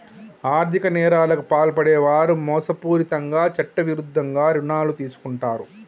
ఆర్ధిక నేరాలకు పాల్పడే వారు మోసపూరితంగా చట్టవిరుద్ధంగా రుణాలు తీసుకుంటరు